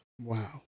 Wow